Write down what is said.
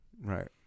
Right